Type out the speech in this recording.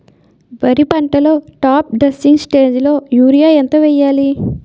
వరి పంటలో top dressing స్టేజిలో యూరియా ఎంత వెయ్యాలి?